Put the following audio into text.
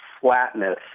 flatness